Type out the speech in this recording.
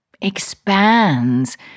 expands